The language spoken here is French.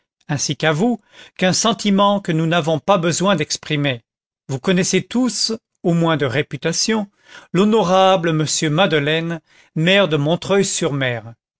ainsi qu'à vous qu'un sentiment que nous n'avons pas besoin d'exprimer vous connaissez tous au moins de réputation l'honorable m madeleine maire de montreuil sur mer